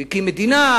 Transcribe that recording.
הוא הקים מדינה,